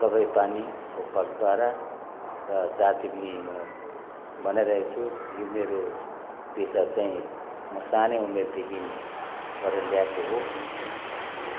दबाई पानी फुक फाकद्वारा र जाती पनि म बनाइरहेको छु यो मेरो पेसा चाहिँ म सानै उमेरदेखि गरेर ल्याएको हो